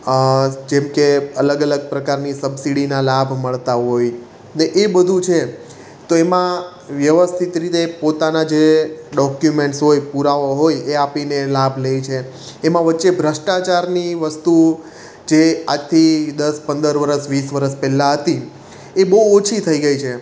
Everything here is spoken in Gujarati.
જેમકે અલગ અલગ પ્રકારની સબસિડીના લાભ મળતા હોય ને એ બધું છે તો એમાં વ્યવસ્થિત રીતે પોતાના જે ડોક્યુમેન્ટ્સ હોય પુરાવો હોય એ આપીને લાભ લે છે એમાં વચ્ચે ભ્રષ્ટાચારની વસ્તુ જે આજથી દસ પંદર વર્ષ વીસ વરસ પહેલાં હતી એ બહુ ઓછી થઈ ગઈ છે